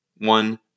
One